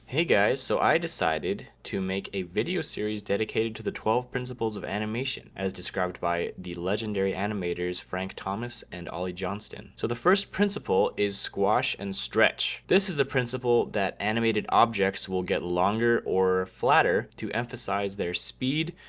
hey, guys. so, i decided to make a video series dedicated to the twelve principles of animation, as described by the legendary animators frank thomas and ollie johnston. so the first principle is squash and stretch. this is the principle that animated objects will get longer or flatter to emphasize their speed,